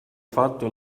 fatto